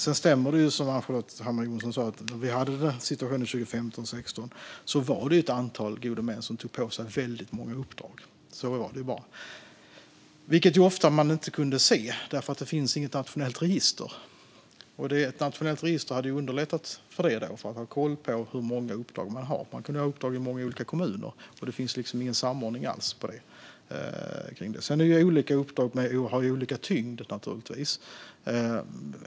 Det stämmer som Ann-Charlotte Hammar Johnsson sa att i situationen vi hade 2015 och 2016 var det ett antal gode män som tog på sig väldigt många uppdrag, vilket man ofta inte kunde se därför att det inte finns något nationellt register. Ett nationellt register hade underlättat möjligheten att ha koll på hur många uppdrag någon har. Man kan ha uppdrag i många olika kommuner, och det finns liksom ingen samordning alls av det. Sedan har ju olika uppdrag olika tyngd.